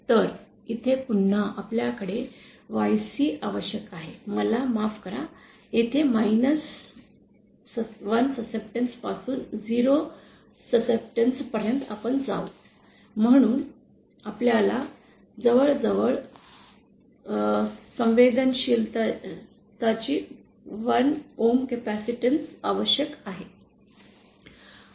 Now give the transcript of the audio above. तर इथे पुन्हा आपल्याकडे एक YC आवश्यक आहेमला माफ करा येथे 1 संवेदना पासून 0 संवेदना पर्यंत आपण जाऊ म्हणून आपल्याला जवळजवळ संवेदनशीलताची 1 Ohm कॅपेसिटन्स आवश्यक आहे